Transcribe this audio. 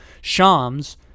Shams